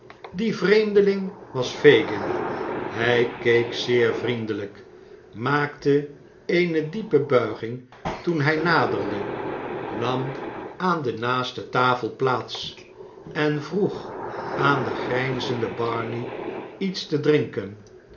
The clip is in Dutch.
die vreemde ing was fagin hij keek zeer vriendelijk maakte eene diepe buiging toen hij naderde nam aan de naaste tafel plaats en vroeg aan den grijnzenden barney iets te drinken